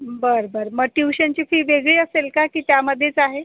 बरं बरं मग ट्युशनची फि वेगळी असेल का की त्यामध्येच आहे